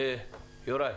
יוראי.